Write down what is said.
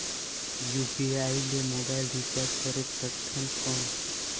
UPI ले mobile recharge करे सकथन कौन?